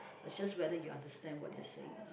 it's just whether you understand what they're saying or not